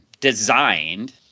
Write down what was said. designed